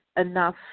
enough